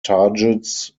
targets